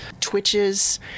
twitches